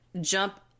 jump